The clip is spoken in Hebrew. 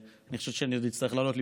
אני חושב שאני עוד אצטרך לעלות לכאן,